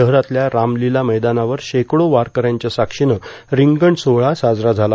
शहरातल्या रामलीला मैदानावर शेकडो वारकऱ्यांच्या साक्षीनं रिंगण सोहळा साजरा झाला